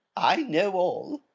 i know all!